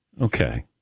Okay